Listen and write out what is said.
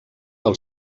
del